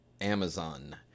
Amazon